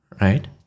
Right